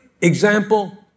example